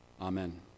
Amen